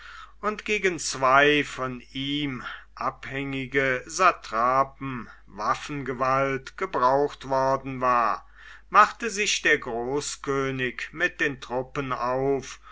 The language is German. und gegen zwei von ihm abhängige satrapen waffengewalt gebraucht worden war machte sich der großkönig mit den truppen auf